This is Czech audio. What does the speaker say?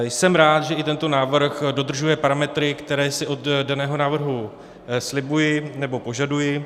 Jsem i rád, že tento návrh dodržuje parametry, které si od daného návrhu slibuji nebo požaduji.